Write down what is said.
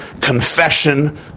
Confession